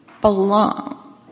belong